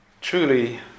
truly